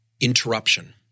interruption